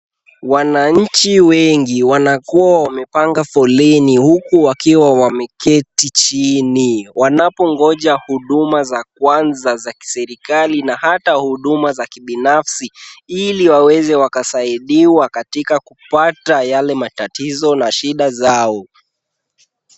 Wananchi wengi wanakuwa wamepanga foleni huku wakiwa wameketi chini wanapongoja huduma za kwanza za kiserekali na hata huduma za kibinafsi ili waweze wakasaidiwa katika kupata yale matatizo na shida zao.